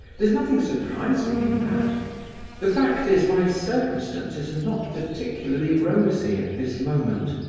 there's nothing surprising in that the fact is, my circumstances are not particularly rosy at this moment.